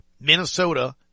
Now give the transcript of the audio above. Minnesota